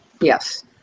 Yes